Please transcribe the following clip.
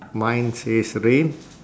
mine says rain